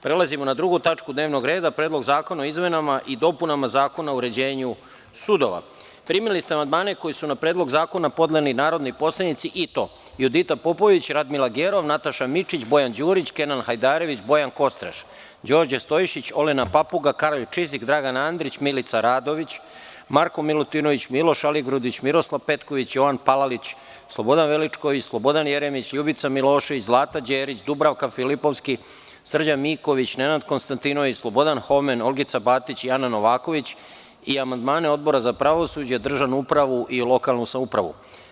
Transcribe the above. Prelazimo na 2. tačku dnevnog reda – PREDLOG ZAKONA O IZMENAMA I DOPUNAMA ZAKONA O UREĐENjU SUDOVA Primili ste amandmane koji su na Predlog zakona podneli narodni poslanici: Judita Popović, Radmila Gerov, Nataša Mićić, Bojan Đurić, Kenan Hajdarević, Bojan Kostreš, Đorđe Stojšić, Olena Papuga, Karolj Čizik, Dragan Andrić, Milica Radović, Marko Milutinović, Miloš Aligrudić, Miroslav Petković, Jovan Palalić, Slobodan Veličković, Slobodan Jeremić, Ljubica Milošević, Zlata Đerić, Dubravka Filipovski, Srđan Miković, Nenad Konstantinović, Slobodan Homen, Olgica Batić i Ana Novković i amandmane Odbora za pravosuđe, državnu upravu i lokalnu samoupravu.